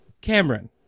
Cameron